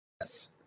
Yes